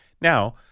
Now